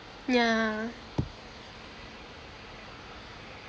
yeah